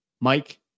Mike